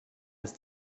ist